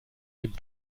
dem